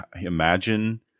imagine